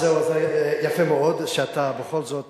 נכון, אז זהו, יפה מאוד שבכל זאת